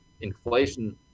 inflation